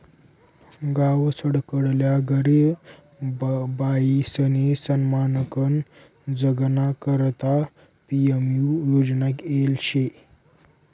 गावसकडल्या गरीब बायीसनी सन्मानकन जगाना करता पी.एम.यु योजना येल शे